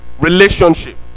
Relationship